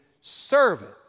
servant